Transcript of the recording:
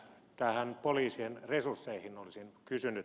näistä poliisien resursseista olisin kysynyt